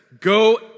go